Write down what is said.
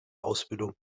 ausbildung